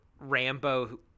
Rambo